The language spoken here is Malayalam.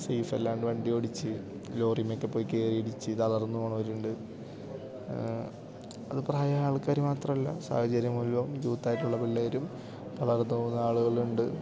സെയ്ഫ് അല്ലാണ്ട് വണ്ടി ഓടിച്ചു ലോറി മേക്കപ്പൊക്കെ ആയി ഇടിച്ചു തളർന്നു പോകുന്നവരുണ്ട് അത് പ്രായ ആൾക്കാർ മാത്രമല്ല സാഹചര്യം മൂലം യൂത്തായിട്ടുള്ള പിള്ളേരും തളർന്ന് പോകുന്ന ആളുകളുണ്ട്